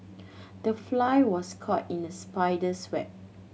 the fly was caught in the spider's web